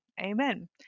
Amen